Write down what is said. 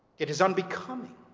it is unbecoming,